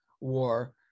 war